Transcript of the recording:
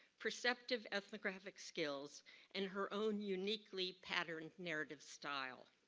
perceptive of the graphic skills in her own uniquely patterned narrative style.